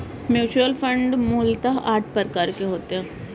mutual fund मूलतः आठ प्रकार के होते हैं